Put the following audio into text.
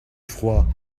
froid